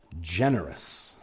Generous